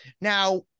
Now